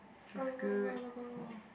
go go go go go go go go